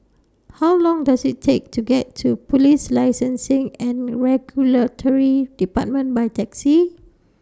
How Long Does IT Take to get to Police Licensing and Regulatory department By Taxi